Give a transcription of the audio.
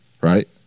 Right